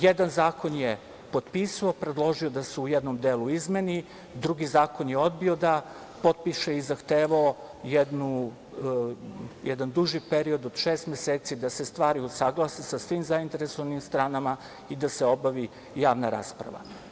Jedan zakon je potpisao, predložio da se u jednom delu izmeni, drugi zakon je odbio da potpiše i zahtevao jedan duži period od šest meseci da se stvari usaglase sa svim zainteresovanim stranama i da se obavi javna rasprava.